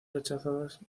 rechazadas